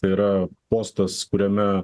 tai yra postas kuriame